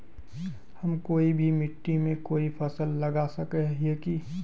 हम कोई भी मिट्टी में कोई फसल लगा सके हिये की?